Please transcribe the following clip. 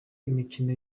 imikino